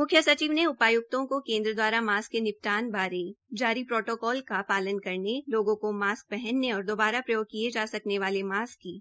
मुख्यसचिव ने उपायुक्तों को केन्द्र दवारा मास्क के निपटान बारे जारी प्रोटो कॉल का पालन करने लोगों की मास्क पहनने और दोबारा प्रयोग किये सकने वाले मास्क की